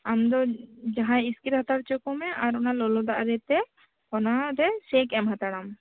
ᱟᱢ ᱫᱚ ᱡᱟᱦᱟᱸᱭ ᱤᱥᱠᱤᱨ ᱦᱟᱛᱟᱲ ᱚᱪᱚ ᱠᱚᱢᱮ ᱟᱨ ᱚᱱᱟ ᱫᱟᱜ ᱨᱮ ᱛᱮ ᱚᱱᱟ ᱨᱮ ᱥᱮᱠ ᱮᱢ ᱦᱟᱛᱟᱲᱟᱢ